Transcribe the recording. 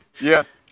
Yes